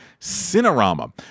Cinerama